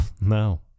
no